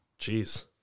Jeez